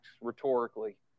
rhetorically